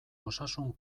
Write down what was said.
osasun